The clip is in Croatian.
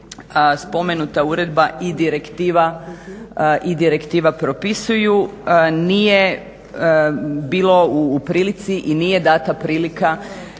spomenuta uredba i direktiva propisuju nije bilo u prilici i nije data prilika